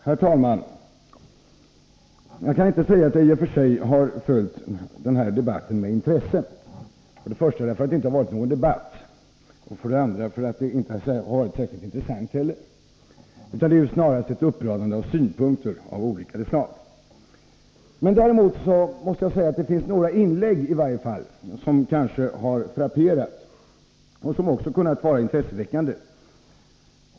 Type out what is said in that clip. Herr talman! Jag kan inte säga att jag i och för sig har följt den här debatten med intresse — för det första därför att det inte har varit någon debatt, för det andra därför att det hela inte varit särskilt intressant. Det är snarast fråga om en upprepning av synpunkter av olika slag. Däremot finns det några inlägg som kanske har frapperat och som också kunnat vara intresseväckande.